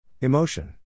Emotion